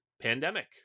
pandemic